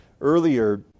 earlier